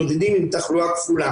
תחלואה כפולה